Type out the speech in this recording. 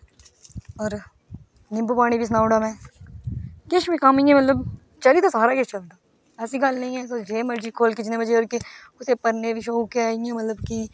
निंबू पानी बी सनाई ओड़ेआ में किश बी कम्म इयां मतलब चली ते सारा किश जंदा ऐसी गल्ल नेईं ऐ तुस जो मर्जी खोह्लो कुसे गी परने दी शौक ऐ जियां मतलब कि